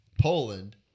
Poland